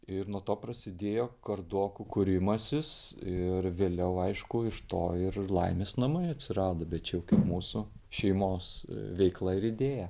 ir nuo to prasidėjo kardokų kūrimasis ir vėliau aišku iš to ir laimės namai atsirado bet čia jau kaip mūsų šeimos veikla ir idėja